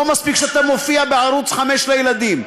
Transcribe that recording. לא מספיק שאתה מופיע בערוץ 5 לילדים?